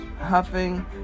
huffing